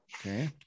Okay